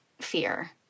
fear